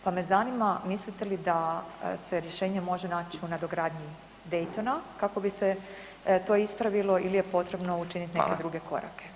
Pa me zanima, mislite li da se rješenje može naći u nadogradnji Daytona kako bi se to ispravilo ili je potrebno učinit neke druge korake?